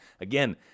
again